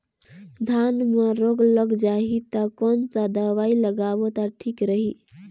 धान म रोग लग जाही ता कोन सा दवाई लगाबो ता ठीक रही?